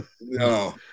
no